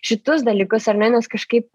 šitus dalykus ar ne nes kažkaip